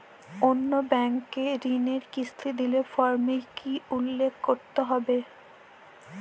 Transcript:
অন্য ব্যাঙ্কে ঋণের কিস্তি দিলে ফর্মে কি কী উল্লেখ করতে হবে?